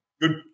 good